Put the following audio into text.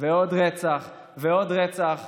ועוד רצח ועוד רצח.